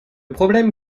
problème